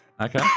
Okay